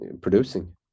producing